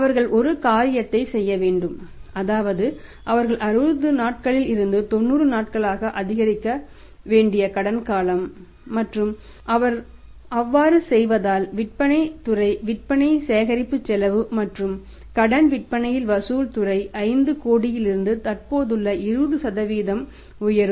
அவர்கள் ஒரு காரியத்தைச் செய்ய வேண்டும் அதாவது அவர்கள் 60 நாட்களில் இருந்து 90 நாட்களாக அதிகரிக்க வேண்டிய கடன் காலம் மற்றும் அவர் அவ்வாறு செய்வதால் விற்பனைத் துறை விற்பனை சேகரிப்பு செலவு மற்றும் கடன் விற்பனையில் வசூல் துறை 5 கோடியிலிருந்து தற்போதுள்ள 20 உயரும்